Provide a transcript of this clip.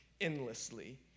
endlessly